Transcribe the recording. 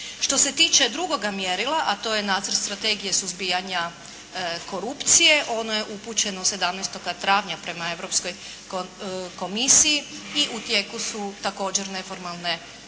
Što se tiče drugoga mjerila, a to je nacrt strategije suzbijanja korupcije, ono je upućeno 17. travnja prema Europskoj komisiji i u tijeku su također neformalne